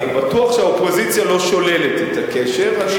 אני בטוח שהאופוזיציה לא שוללת את הקשר.